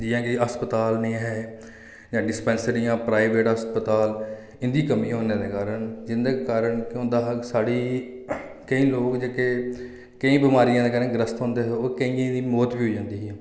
जियां की अस्पताल निं हे जां डिस्पैंसरियां प्राईवेट अस्पताल इं'दी कमी होने दे कारण जिं'दे कारण केह् होंदा हा कि साढ़ी केईं लोक जेह्के केईं बमारियें कन्नै ग्रस्त होंदे हे और केइयें दी मौत बी होई जंदी ही